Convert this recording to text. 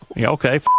Okay